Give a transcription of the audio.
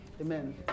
Amen